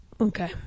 Okay